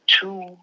two